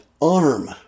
arm